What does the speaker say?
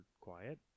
quiet